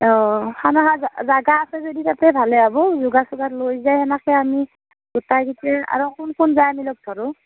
অঁ খানা খোৱা জাগা আছে যদি তাতে ভালে হ'ব যোগাৰ চোগাৰ লৈ যায় তেনেকে আমি গোটাইকিটা আৰু কোন কোন যায় আমি লগ ধৰো